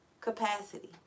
capacity